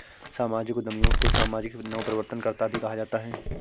सामाजिक उद्यमियों को सामाजिक नवप्रवर्तनकर्त्ता भी कहा जाता है